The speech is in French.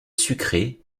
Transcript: sucré